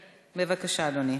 בבקשה, אדוני.